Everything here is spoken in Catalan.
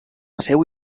seu